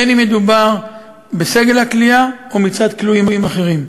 בין שמדובר בסגל הכליאה או מצד כלואים אחרים.